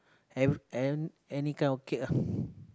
every an~ any kind of cake ah